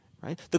right